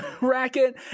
racket